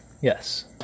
Yes